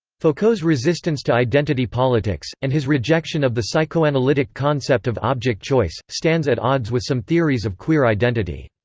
foucault's resistance to identity politics, and his rejection of the psychoanalytic concept of object choice, stands at odds with some theories of queer identity.